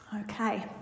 Okay